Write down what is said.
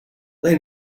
they